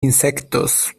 insectos